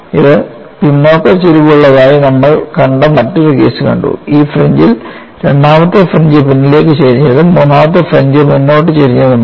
ഇത് പിന്നോക്ക ചരിവുള്ളതായി നമ്മൾ കണ്ട മറ്റൊരു കേസ് കണ്ടു ഈ ഫ്രിഞ്ച്ൽ രണ്ടാമത്തെ ഫ്രിഞ്ച് പിന്നിലേക്ക് ചരിഞ്ഞതും മൂന്നാമത്തെ ഫ്രിഞ്ച് മുന്നോട്ട് ചരിഞ്ഞതുമാണ്